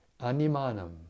animanam